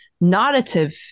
narrative